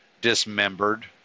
dismembered